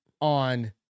on